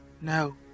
No